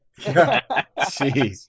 Jeez